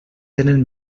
tenen